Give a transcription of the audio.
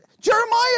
Jeremiah